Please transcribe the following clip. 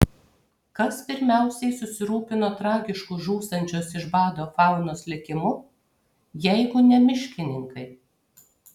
kas pirmiausiai susirūpino tragišku žūstančios iš bado faunos likimu jeigu ne miškininkai